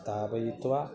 स्थापयित्वा